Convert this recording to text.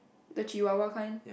the Chihuahua kind